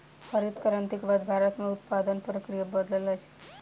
हरित क्रांति के बाद भारत में उत्पादन प्रक्रिया बदलल अछि